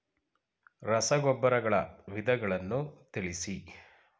ರಸಗೊಬ್ಬರಗಳ ವಿಧಗಳನ್ನು ತಿಳಿಸಿ?